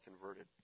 converted